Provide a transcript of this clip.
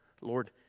Lord